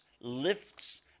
lifts